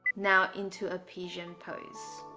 now into a pigeon pose